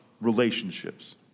relationships